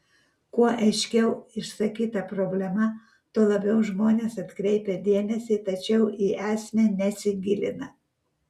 kuo aiškiau išsakyta problema tuo labiau žmonės atkreipia dėmesį tačiau į esmę nesigilina